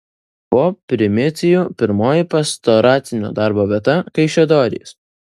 po primicijų pirmoji pastoracinio darbo vieta kaišiadorys